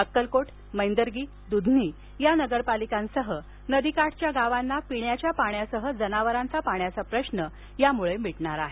अक्कलकोटसह मैंदर्गी दूधनी नगरपालिकासह नदीकाठच्या गावांना पिण्याच्या पाण्यासह जनावरांचा पाण्याचा प्रश्न मिटणार आहे